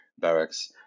barracks